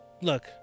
look